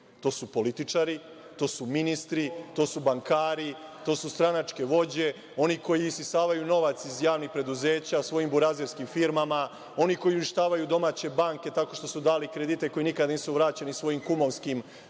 To su političari, to su ministri, to su bankari, to su stranačke vođe, oni koji isisavaju novac iz javnih preduzeća svojim burazerskim firmama, oni koji uništavaju domaće banke tako što su im dali kredite koji nikad nisu vraćeni svojim kumovskim privatnim